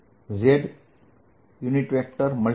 ds 2z